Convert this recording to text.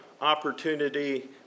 opportunity